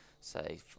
say